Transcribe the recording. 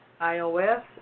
iOS